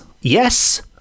yes